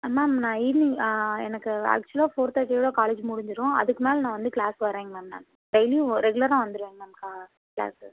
ஆ ma'am நான் evening எனக்கு ஆக்சுவலாக ஃபோர் தேர்டியோடய காலேஜ் முடிஞ்சிடும் அதுக்கு மேலே நான் வந்து க்ளாஸ் வர்றேங்க மேம் நானும் டெய்லியும் ரெகுலராக வந்துடுவேன் மேம் க்ளா க்ளாஸ்ஸு